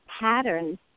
patterns